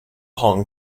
hong